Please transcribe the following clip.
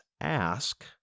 ask